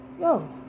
yo